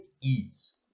ease